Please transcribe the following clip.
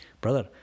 Brother